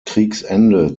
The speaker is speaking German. kriegsende